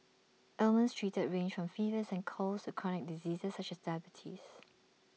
ailments treated range from fevers and colds to chronic diseases such as diabetes